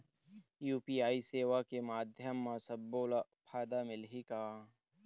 UPI सेवा के माध्यम म सब्बो ला फायदा मिलही का?